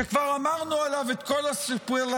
שכבר אמרנו עליו את כל הסופרלטיבים,